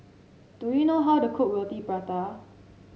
do you know how to cook Roti Prata